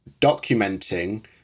documenting